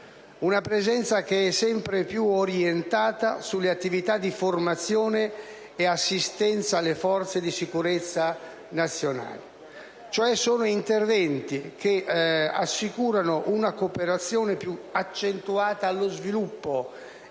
una presenza sempre più orientata alle attività di formazione e assistenza alle forze di sicurezza nazionali. Si tratta di interventi che assicurano una cooperazione più accentuata allo sviluppo